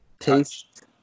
taste